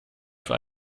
für